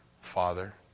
Father